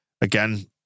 Again